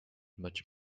much